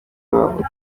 wabo